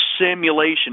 simulation